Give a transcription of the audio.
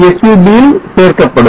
sub ல் சேர்க்கப்படும்